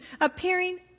appearing